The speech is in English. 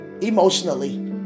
emotionally